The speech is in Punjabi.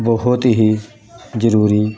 ਬਹੁਤ ਹੀ ਜ਼ਰੂਰੀ